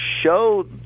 show